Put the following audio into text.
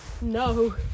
no